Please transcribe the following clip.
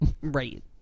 Right